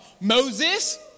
Moses